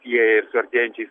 sieja ir su artėjančiais